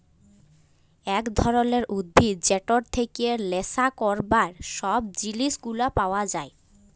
একট ধরলের উদ্ভিদ যেটর থেক্যে লেসা ক্যরবার সব জিলিস গুলা পাওয়া যায়